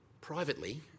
privately